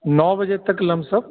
नौ बजे तक लमसम